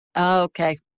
Okay